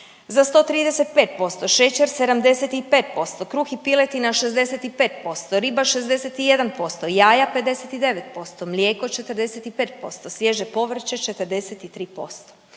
za 135%, šećer 75%, kruh i piletina 65%, riba 61%, jaja 59%, mlijeko 45%, svježe povrće 43%.